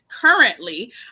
currently